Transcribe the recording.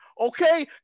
Okay